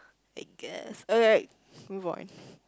I guess alright move on